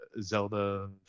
zelda